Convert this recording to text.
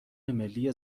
ملی